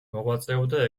მოღვაწეობდა